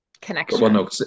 connection